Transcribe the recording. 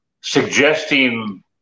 suggesting